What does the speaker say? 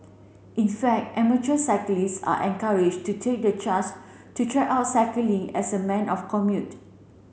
in fact amateur cyclist are encouraged to take the chance to try out cycling as a men of commute